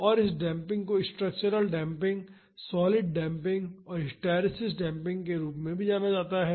और इस डेम्पिंग को स्ट्रक्चरल डेम्पिंग सॉलिड डेम्पिंग और हिस्टैरिसीस डेम्पिंग के रूप में भी जाना जाता है